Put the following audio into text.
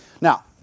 Now